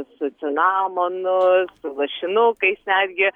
su cinamonu su lašinukais netgi